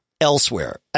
Elsewhere